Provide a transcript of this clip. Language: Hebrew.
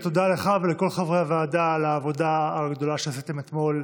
ותודה לך ולכל חברי הוועדה על העבודה הגדולה שעשיתם אתמול,